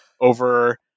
over